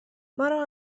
مرا